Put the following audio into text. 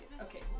okay